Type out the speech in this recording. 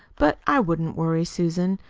but i wouldn't worry, susan.